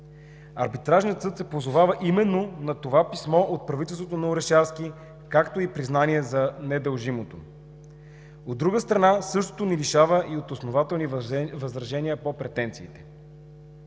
Арбитражният съд се позовава именно на това писмо от правителството на Орешарски, както и признание за недължимото. От друга страна, същото ни лишава и от основателни възражения по претенциите.